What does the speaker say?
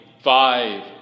five